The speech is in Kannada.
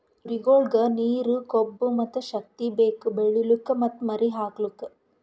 ಕುರಿಗೊಳಿಗ್ ನೀರ, ಕೊಬ್ಬ ಮತ್ತ್ ಶಕ್ತಿ ಬೇಕು ಬೆಳಿಲುಕ್ ಮತ್ತ್ ಮರಿ ಹಾಕಲುಕ್